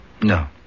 No